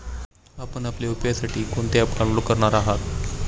आपण आपल्या यू.पी.आय साठी कोणते ॲप डाउनलोड करणार आहात?